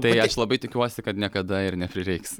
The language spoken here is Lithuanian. tai aš labai tikiuosi kad niekada ir neprireiks